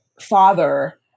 father